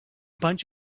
bunch